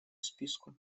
списку